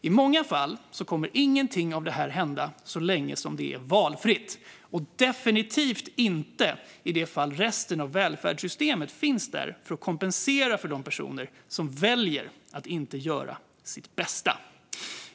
I många fall kommer inget av detta att hända så länge det är valfritt, och definitivt inte i det fall resten av välfärdssystemet finns där för att kompensera för de personer som väljer att inte göra sitt bästa.